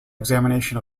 examination